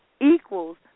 equals